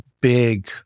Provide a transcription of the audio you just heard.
big